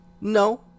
No